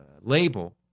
label